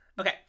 Okay